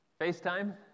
FaceTime